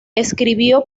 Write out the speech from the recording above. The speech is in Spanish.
escribió